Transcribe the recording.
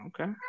Okay